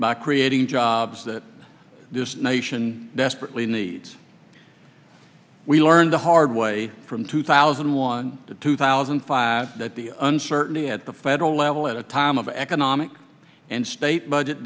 by creating jobs that this nation desperately needs we learned the hard way from two thousand and one to two thousand and five that the uncertainly at the federal level at a time of economic and state budget